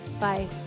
bye